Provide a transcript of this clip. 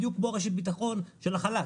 בדיוק כמו רשת ביטחון של החל"ת.